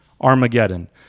Armageddon